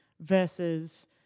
versus